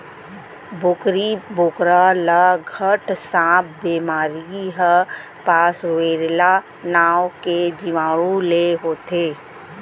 बोकरी बोकरा ल घट सांप बेमारी ह पास्वरेला नांव के जीवाणु ले होथे